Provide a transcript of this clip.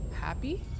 happy